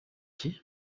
iki